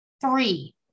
three